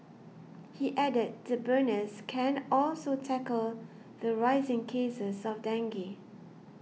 he added the burners can also tackle the rising cases of dengue